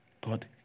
God